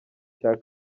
cya